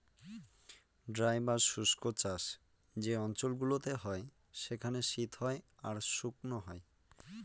dry বা শুস্ক চাষ যে অঞ্চল গুলোতে হয় সেখানে শীত হয় আর শুকনো হয়